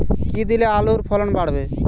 কী দিলে আলুর ফলন বাড়বে?